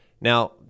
Now